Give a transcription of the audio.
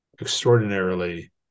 extraordinarily